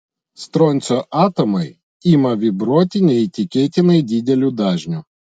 stroncio atomai ima vibruoti neįtikėtinai dideliu dažniu